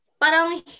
Parang